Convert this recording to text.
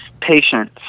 patience